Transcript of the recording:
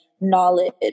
knowledge